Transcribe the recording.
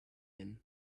inn